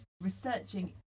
researching